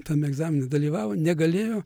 tame egzamine dalyvavo negalėjo